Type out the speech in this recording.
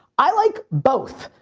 i like both.